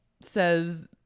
says